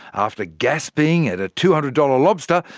after gasping at a two hundred dollars lobster,